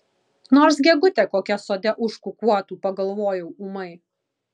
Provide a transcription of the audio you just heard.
nors gegutė kokia sode užkukuotų pagalvojau ūmai